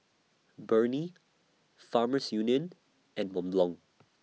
Burnie Farmers Union and Mont Blond